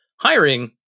hiring